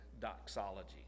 doxology